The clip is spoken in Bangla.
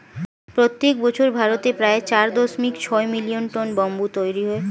প্রত্যেক বছর ভারতে প্রায় চার দশমিক ছয় মিলিয়ন টন ব্যাম্বু তৈরী হয়